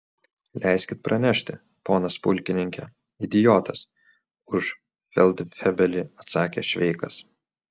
leiskit pranešti ponas pulkininke idiotas už feldfebelį atsakė šveikas